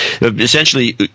essentially